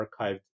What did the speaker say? archived